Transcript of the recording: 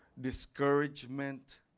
discouragement